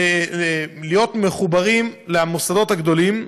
להיות מחוברים למוסדות הגדולים.